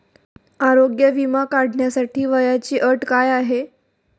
आरोग्य विमा काढण्यासाठी वयाची अट काय आहे?